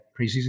preseason